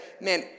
man